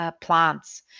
plants